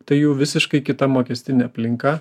tai jų visiškai kita mokestinė aplinka